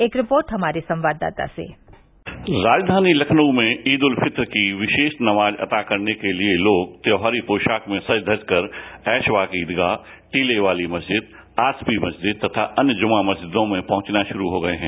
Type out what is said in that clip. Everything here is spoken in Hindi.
एक रिर्पोट हमारे संवाददाता सेः राजधानी लखनऊ में ईद उल फित्र की विशेष नमाज अदा करने के लिए लोग त्योहारी पोशाक में सज धज कर ऐशबाग ईदगाह टीले वाली मस्जिद आसिफी मस्जिद तथा अन्य जुम्मा मस्जिदों में पहुंचना शुरू हो गए हैं